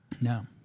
No